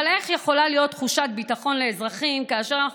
אבל איך יכולה להיות תחושת ביטחון לאזרחים כאשר אנחנו